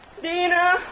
Dina